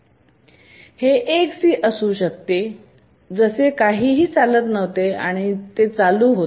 हे 1 सी असू शकते जसे काहीही चालत नव्हते आणि ते चालू होते